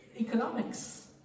economics